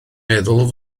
meddwl